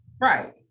Right